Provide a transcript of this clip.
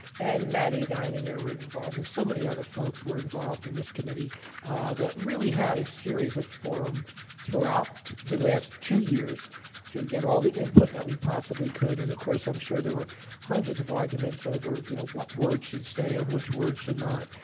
and maddie deininger was involved and so many other folks were involved in this committee that really had a series of forum throughout the last two years to get all the input that we possibly could and of course i'm sure there were hundreds of arguments over you know what word should stay on which word should not,